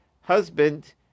husband